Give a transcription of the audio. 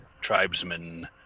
tribesmen